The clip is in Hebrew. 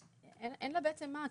ואין לה בעצם מה,